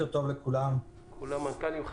כמו שנאמר פה על ידי משרד האוצר,